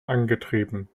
angetrieben